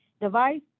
device